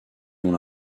dont